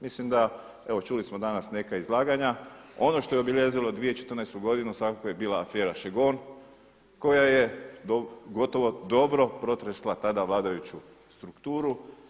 Mislim da, evo čuli smo danas neka izlaganja ono što je obilježilo 2014. godinu svakako je bila afera Šegon koja je gotovo dobro protresla tada vladajuću strukturu.